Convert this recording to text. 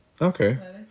okay